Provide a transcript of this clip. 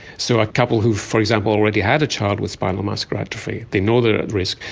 so a couple who, for example, already had a child with spinal muscular atrophy, they know they are at risk,